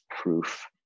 proof